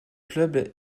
club